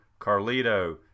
Carlito